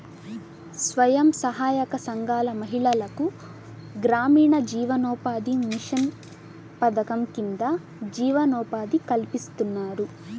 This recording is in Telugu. స్వయం సహాయక సంఘాల మహిళలకు గ్రామీణ జీవనోపాధి మిషన్ పథకం కింద జీవనోపాధి కల్పిస్తున్నారు